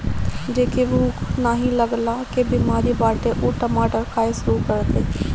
जेके भूख नाही लागला के बेमारी बाटे उ टमाटर खाए शुरू कर दे